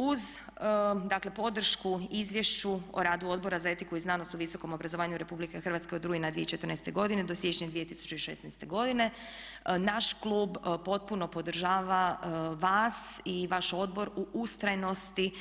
Uz dakle podršku Izvješću o radu Odbora za etiku i znanost u visokom obrazovanju Republike Hrvatske od rujna 2014. godine do siječnja 2016. godine, naš klub potpuno podržava vas i vaš odbor u ustrajnosti